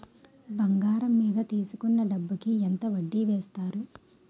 బంగారం మీద తీసుకున్న డబ్బు కి ఎంత వడ్డీ వేస్తారు?